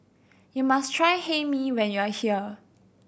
you must try Hae Mee when you are here